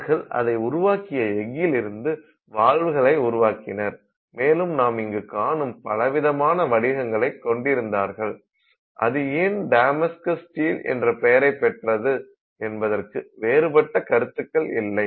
அவர்கள் அதை உருவாக்கிய எஃகிலிருந்து வாள்களை உருவாக்கினர் மேலும் நாம் இங்கு காணும் பலவிதமான வடிவங்களைக் கொண்டிருந்தார்கள் அது ஏன் டமாஸ்கஸ் ஸ்டீல் என்ற பெயரைப் பெற்றது என்பதற்கு வேறுபட்ட கருத்துக்கள் இல்லை